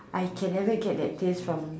I can never get that taste from